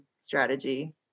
strategy